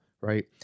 right